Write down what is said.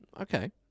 Okay